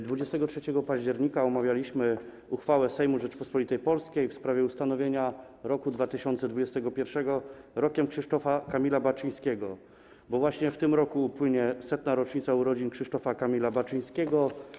23 października omawialiśmy uchwałę Sejmu Rzeczypospolitej Polskiej w sprawie ustanowienia roku 2021 Rokiem Krzysztofa Kamila Baczyńskiego, bo właśnie w tym roku upłynie 100. rocznica urodzin Krzysztofa Kamila Baczyńskiego.